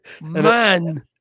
Man